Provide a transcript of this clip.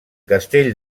castell